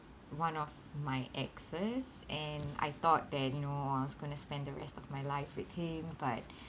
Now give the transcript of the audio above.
one of my exes and I thought that you know I was going to spend the rest of my life with him but